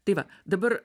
tai va dabar